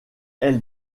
elle